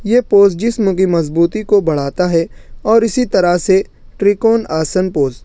یہ پوز جسم کی مضبوطی کو بڑھاتا ہے اور اسی طرح سے ٹریکون آسن پوز